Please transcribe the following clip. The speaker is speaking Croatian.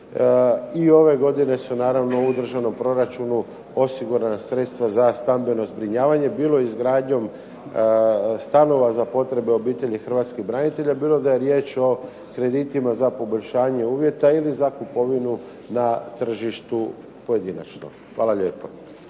I ove godine su naravno u državnom proračunu osigurana sredstva za stambeno zbrinjavanje bilo izgradnjom stanova za potrebe obitelji hrvatskih branitelja, bilo da je riječ o kreditima za poboljšanje uvjeta ili za kupovinu na tržištu pojedinačno. Hvala lijepo.